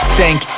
thank